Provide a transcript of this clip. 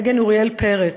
סגן אוריאל פרץ,